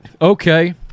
Okay